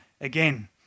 again